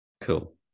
cool